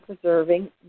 preserving